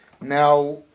Now